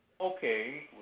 Okay